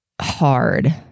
hard